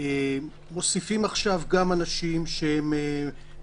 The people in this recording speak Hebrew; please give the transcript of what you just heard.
מוסיפים עכשיו גם אנשים שמעשנים,